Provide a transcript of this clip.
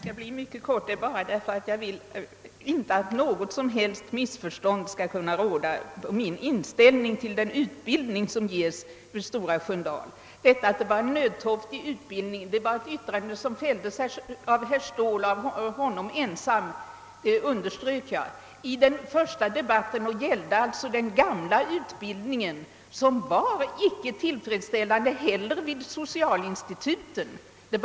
Herr talman! Jag vill inte att det skall råda något som helst missförstånd beträffande min inställning till den utbildning som ges vid Stora Sköndal. Yttrandet om den nödtorftiga utbildningen fälldes av herr Ståhl ensam — det underströk jag — i den första debatten i ärendet, vilket gällde den gamla utbildningen som inte heller vid socialinstituten var tillfredsställande.